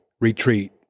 retreat